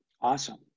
Awesome